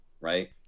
right